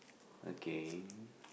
again